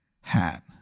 hat